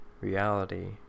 reality